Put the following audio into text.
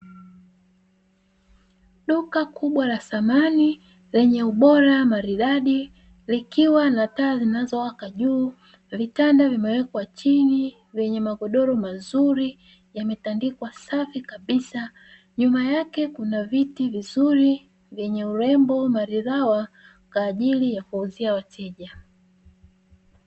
Duka kubwa la samani lenye ubora maridadi, likiwa na taa zinazowaka juu; vitanda vimewekwa chini vyenye magodoro mazuri yametandikwa safi kabisa, nyuma yake kuna viti vizuri vyenye urembo maridhawa kwa ajili ya kuwauzia wateja.